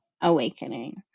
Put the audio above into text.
awakening